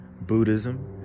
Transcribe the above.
buddhism